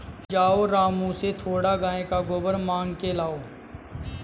जाओ रामू से थोड़ा गाय का गोबर मांग के लाओ